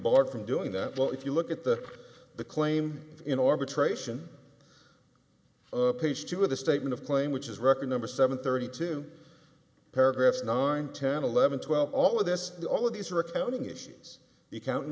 barred from doing that if you look at the the claim in arbitration page two of the statement of claim which is record number seven thirty two paragraphs nine ten eleven twelve all of this all of these are accounting issues the counting